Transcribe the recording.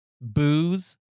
Booze